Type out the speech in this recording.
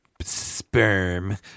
sperm